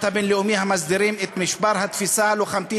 הבין-לאומי המסדירים את משטר התפיסה הלוחמתית,